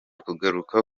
kugaruka